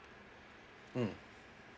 mm